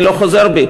אני לא חוזר בי,